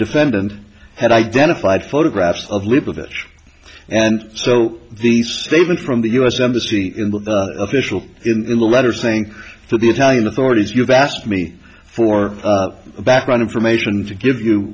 defendant had identified photographs of a little bit and so the statement from the u s embassy official in a letter saying for the italian authorities you've asked me for background information to give you